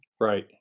Right